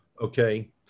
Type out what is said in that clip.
okay